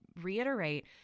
Reiterate